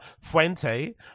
Fuente